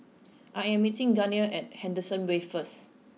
I am meeting Gunnar at Henderson Wave first